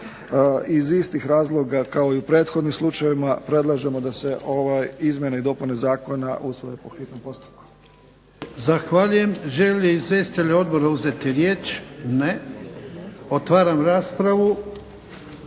Iz istih razloga kao i u prethodnim slučajevima predlažemo da se ove izmjene i dopune zakona usvoje po hitnom postupku. **Jarnjak, Ivan (HDZ)** Zahvaljujem. Žele li izvjestitelji odbora uzeti riječ? Ne. Otvaram raspravu.